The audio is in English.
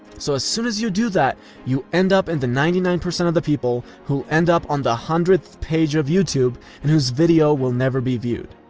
so as soon as you do that you end up in the ninety nine percent of the people who'll end up on the one hundredth page of youtube and whose video will never be viewed.